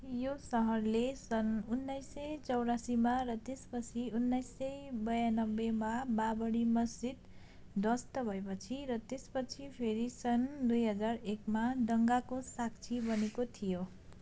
यो सहरले सन् उन्नाइस सय चौरासीमा र त्यसपछि उन्नाइस सय ब्यानब्बेमा बाबरी मस्जिद ध्वस्त भएपछि र त्यसपछि फेरि सन् दुई हजार एकमा दङ्गाको साक्षी बनेको थियो